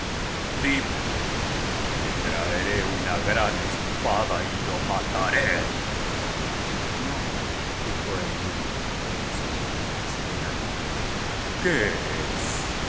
dímelo que traeré una gran espada y lo mataré no dijo el niño son heridas de amor qué es